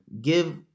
give